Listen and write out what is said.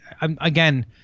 Again